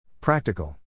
Practical